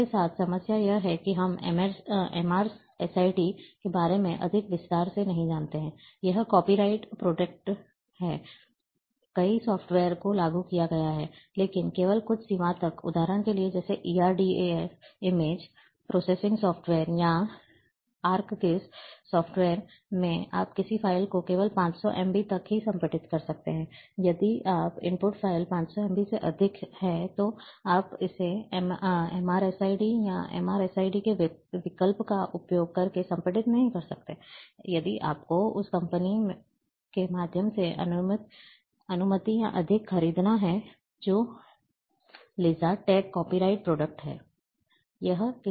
इसके साथ समस्या यह है कि हम MrSID के बारे में अधिक विस्तार से नहीं जानते हैं यह कॉपी राइट प्रोटेक्टेड है कई सॉफ्टवेयर को लागू किया गया है लेकिन केवल कुछ सीमा तक उदाहरण के लिए जैसे erdas इमेज प्रोसेसिंग सॉफ्टवेयर या आर्कगिस सॉफ्टवेयर में आप किसी फ़ाइल को केवल 500 एमबी तक ही संपीड़ित कर सकते हैं यदि आपकी इनपुट फ़ाइल 500 MB से अधिक है तो आप इस MrSID या MrSID के विकल्प का उपयोग करके संपीड़ित नहीं कर सकते हैं यदि आपको उस कंपनी के माध्यम से अनुमति या अधिक खरीदना है जो है LizardTech कॉपी राइट प्रोटेक्टेड है